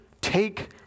take